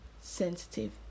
sensitive